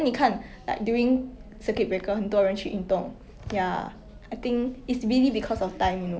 mm